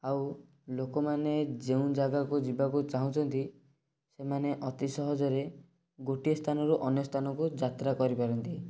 ଆଉ ଲୋକମାନେ ଯେଉଁ ଜାଗାକୁ ଯିବାକୁ ଚାହୁଁଛନ୍ତି ସେମାନେ ଅତି ସହଜରେ ଗୋଟେ ସ୍ଥାନରୁ ଅନ୍ୟ ସ୍ଥାନକୁ ଯାତ୍ରା କରିପାରନ୍ତି